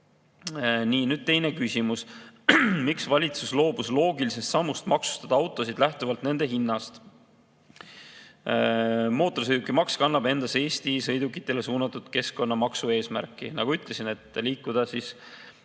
Teine küsimus: "Miks valitsus loobus loogilisest sammust maksustada autosid lähtuvalt nende hinnast?" Mootorsõidukimaks kannab endas Eesti sõidukitele suunatud keskkonnamaksu eesmärki, nagu ütlesin, liikuda puhtama